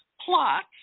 plot